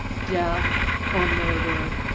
death or murder,